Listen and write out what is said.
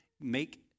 make